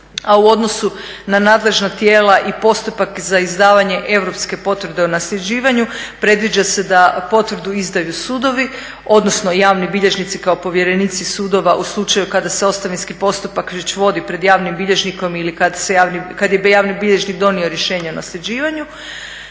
A u odnosu na nadležna tijela i postupak za izdavanje Europske potvrde o nasljeđivanju predviđa se da potvrdu izdaju sudovi odnosno javni bilježnici kao povjerenici sudova u slučaju kada se ostavinski postupak već vodi pred javnim bilježnikom ili kada je javni bilježnik donio rješenje o nasljeđivanju.